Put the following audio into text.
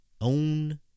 own